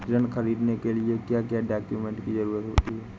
ऋण ख़रीदने के लिए क्या क्या डॉक्यूमेंट की ज़रुरत होती है?